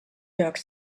york